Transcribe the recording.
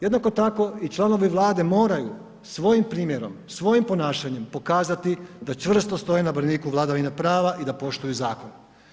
Jednako tako i članovi Vlade moraju svojim primjerom, svojim ponašanjem pokazati da čvrsto stoje na braniku vladavine prava i poštuju zakon.